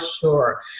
sure